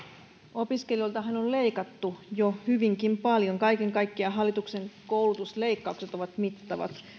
opiskelijoiltahan on on leikattu jo hyvinkin paljon kaiken kaikkiaan hallituksen koulutusleikkaukset ovat mittavat